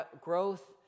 growth